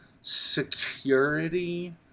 security